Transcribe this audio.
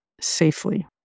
safely